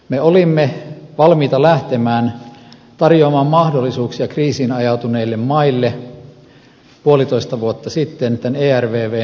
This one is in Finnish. me olimme valmiita lähtemään tarjoamaan mahdollisuuksia kriisiin ajautuneille maille puolitoista vuotta sitten tämän ervvn myötä